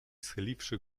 schyliwszy